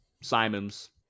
Simons